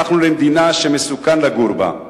הפכנו למדינה שמסוכן לגור בה,